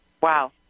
Wow